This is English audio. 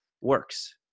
works